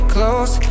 Close